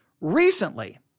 recently